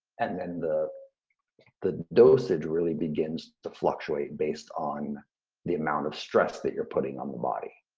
and then the the dosage really begins to fluctuate based on the amount of stress that you're putting on the body.